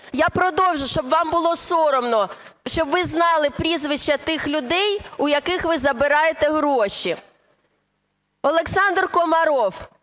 Я продовжу, щоб вам було соромно, щоб ви знали прізвища тих людей у яких ви забираєте гроші. Олександр Комаров: